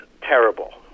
terrible